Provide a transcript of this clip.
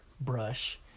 brush